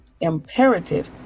imperative